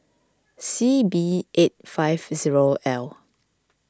C B eight five zero L